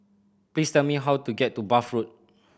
please tell me how to get to Bath Road